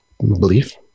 belief